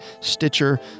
Stitcher